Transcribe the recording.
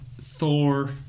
Thor